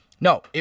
No